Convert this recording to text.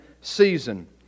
season